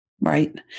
right